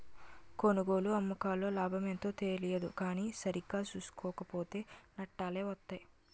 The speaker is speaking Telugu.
కొనుగోలు, అమ్మకాల్లో లాభమెంతో తెలియదు కానీ సరిగా సూసుకోక పోతో నట్టాలే వొత్తయ్